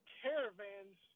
caravans